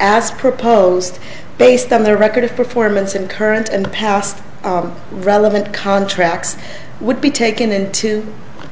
as proposed based on their record of performance and current and past relevant contracts would be taken into